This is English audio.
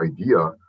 idea